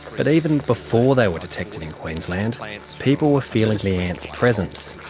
but even before they were detected in queensland, like people were feeling the ants' presence.